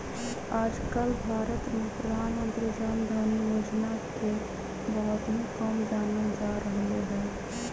आजकल भारत में प्रधानमंत्री जन धन योजना के बहुत ही कम जानल जा रहले है